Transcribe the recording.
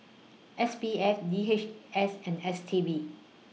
S P F D H S and S T B